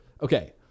Okay